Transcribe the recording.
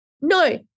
No